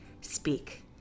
Speak